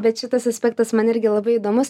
bet šitas aspektas man irgi labai įdomus